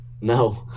No